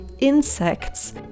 insects